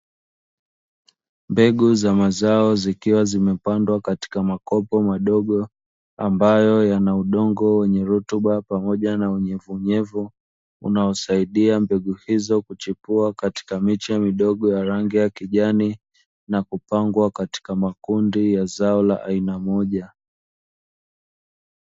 Mbegu za mazao zikiwa zimepandwa katika makopo madogo, ambayo yana udongo wenye rutuba pamoja na unyevunyevu, unaosaidia mbegu hizo kuchipua katika miche midogo ya rangi ya kijani na kupangwa katika makundi ya zao la aina moja.